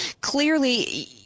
clearly